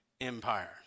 empire